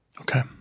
Okay